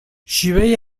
شیوه